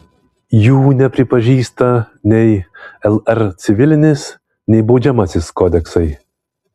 jų nepripažįsta nei lr civilinis nei baudžiamasis kodeksai